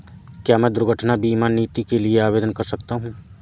क्या मैं दुर्घटना बीमा नीति के लिए आवेदन कर सकता हूँ?